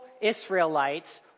Israelites